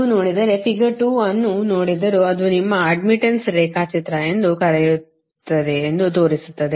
ನೀವು ನೋಡಿದರೆ ಫಿಗರ್ 2 ಇದನ್ನು ನೋಡಿದರೂ ಅದು ನಿಮ್ಮ ಅಡ್ಡ್ಮಿಟ್ಟನ್ಸ್ ರೇಖಾಚಿತ್ರ ಎಂದು ಕರೆಯುತ್ತದೆ ಎಂದು ತೋರಿಸುತ್ತದೆ